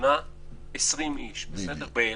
לחתונה 20 איש באילת.